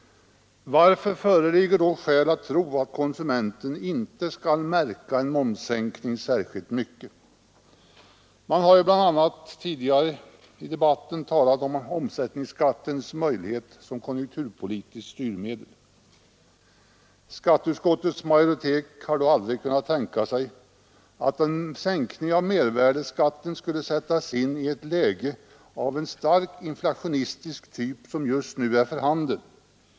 Varför föreligger då skäl att tro att konsumenten inte skall märka en momssänkning särskilt mycket? Man har bl.a. tidigare i debatten talat om omsättningsskattens möjlighet som konjunkturpolitiskt styrmedel. Skatteutskottets majoritet har dock aldrig kunnat tänka sig att en sänkning av mervärdeskatten skulle sättas in i ett läge av den starkt inflationistiska typ som just nu är för handen.